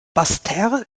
basseterre